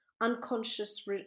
unconscious